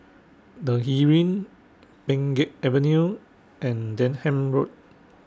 The Heeren Pheng Geck Avenue and Denham Road